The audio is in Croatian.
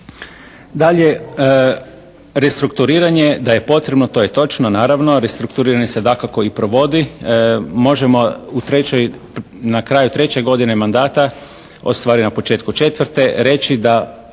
Dalje restrukturiranje da je potrebno to je točno naravno. Restrukturiranje se dakako i provodi. Možemo u trećoj, na kraju treće godine mandata, ustvari na početku četvrte reći da